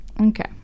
okay